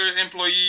employee